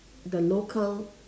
the local